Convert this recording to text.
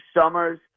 Summers